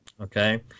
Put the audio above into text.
Okay